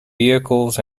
vehicles